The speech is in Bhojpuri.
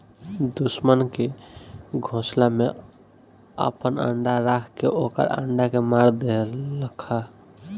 दुश्मन के घोसला में आपन अंडा राख के ओकर अंडा के मार देहलखा